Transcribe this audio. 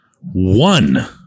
one